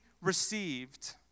received